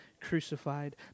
crucified